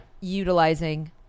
utilizing